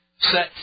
set